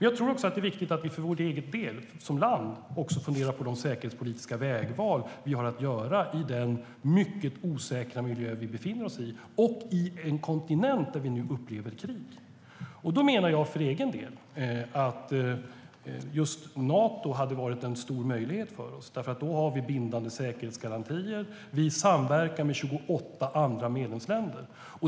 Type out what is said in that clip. Jag tror också att det är viktigt att vi för vår egen del, som land, funderar på de säkerhetspolitiska vägval vi har att göra i den mycket osäkra miljö vi befinner oss i på en kontinent där vi nu upplever krig. Då menar jag för min del att just Nato är en stor möjlighet för oss, för då har vi bindande säkerhetsgarantier och samverkar med 28 andra medlemsländer.